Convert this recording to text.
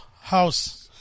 house